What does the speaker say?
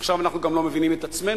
עכשיו אנחנו גם לא מבינים את עצמנו,